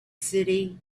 city